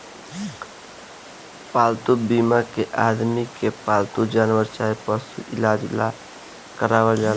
पालतू बीमा के आदमी के पालतू जानवर चाहे पशु के इलाज ला करावल जाला